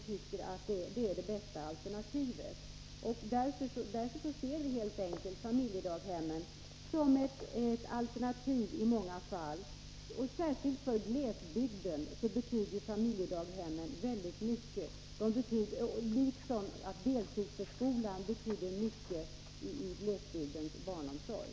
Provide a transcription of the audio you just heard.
Vi ser helt enkelt familjedaghem som ett alternativ i många fall. Särskilt för glesbygden betyder de mycket. Familjedaghemmen liksom deltidsförskolan betyder mycket i glesbygdens barnomsorg.